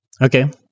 Okay